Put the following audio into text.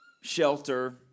shelter